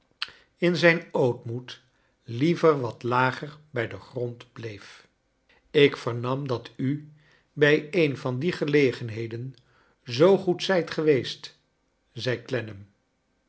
in zijn ootmoed liever wat lager bij den grond bleef ik vernam dat u bij een van die gelegenheden zoo goed zijt geweest zei